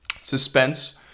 suspense